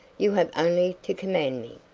you have only to command me.